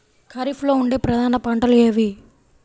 ఖరీఫ్లో పండే ప్రధాన పంటలు ఏవి?